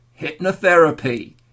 hypnotherapy